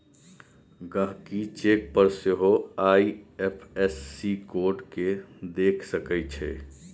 गहिंकी चेक पर सेहो आइ.एफ.एस.सी कोड केँ देखि सकै छै